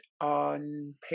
on